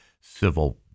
civil